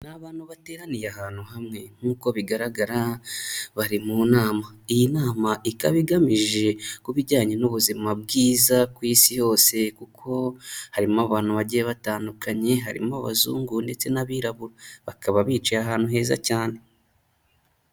Ni abantu bateraniye ahantu hamwe nk'uko bigaragara bari mu nama, iyi nama ikaba igamije ku bijyanye n'ubuzima bwiza ku isi yose kuko harimo abantu bagiye batandukanye harimo abazungu ndetse n'abirabura, bakaba bicaye ahantu heza cyane.